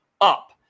up